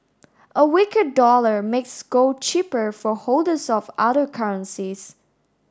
a weaker dollar makes gold cheaper for holders of other currencies